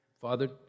Father